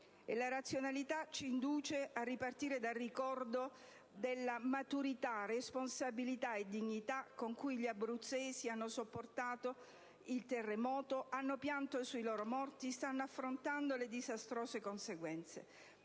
e questa ci induce a ripartire dal ricordo della maturità, responsabilità e dignità con cui gli abruzzesi hanno sopportato il terremoto, hanno pianto sui loro morti e stanno affrontando le disastrose conseguenze,